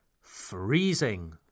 freezing